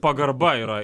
pagarba yra